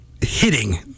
hitting